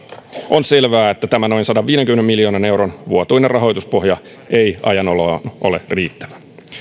on selvää että tämä noin sadanviidenkymmenen miljoonan euron vuotuinen rahoituspohja ei ajan oloon ole riittävä